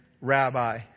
rabbi